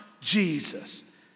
Jesus